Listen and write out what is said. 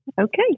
Okay